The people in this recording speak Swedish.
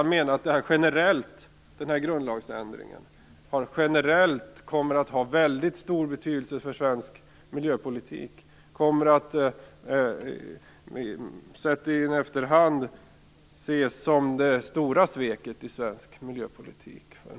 Han menar att denna grundlagsändring generellt kommer att ha väldigt stor betydelse för svensk miljöpolitik och att den i efterhand under en lång tid kommer att ses som det stora sveket i svensk miljöpolitik.